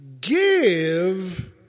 give